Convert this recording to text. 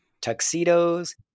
tuxedos